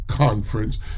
conference